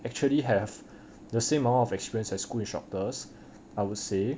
actually have the same amount of experience as school instructors I would say